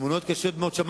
סיפורים מזעזעים, אדוני השר?